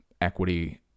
equity